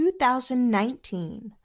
2019